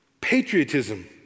patriotism